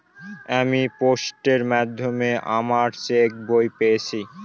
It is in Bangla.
আমি পোস্টের মাধ্যমে আমার চেক বই পেয়েছি